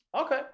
Okay